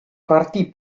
partì